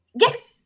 Yes